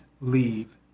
leave